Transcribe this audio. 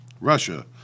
Russia